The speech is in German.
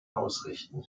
ausrichten